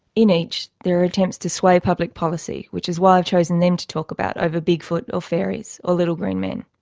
in each there are attempts to sway public policy which is why i've chosen them to talk about over bigfoot or fairies or ah little green men.